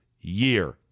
year